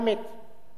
המכתבים